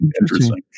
interesting